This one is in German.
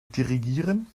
dirigieren